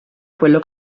quello